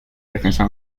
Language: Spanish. defensa